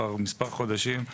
כבר מספר חודשים,